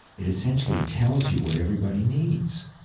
it essentially tells you what everybody needs.